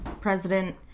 president